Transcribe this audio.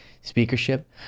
speakership